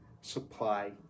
supply